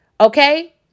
Okay